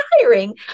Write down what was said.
tiring